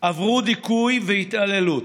ועברו דיכוי והתעללות.